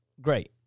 Great